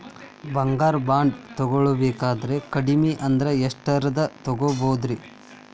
ಬಂಗಾರ ಬಾಂಡ್ ತೊಗೋಬೇಕಂದ್ರ ಕಡಮಿ ಅಂದ್ರ ಎಷ್ಟರದ್ ತೊಗೊಬೋದ್ರಿ?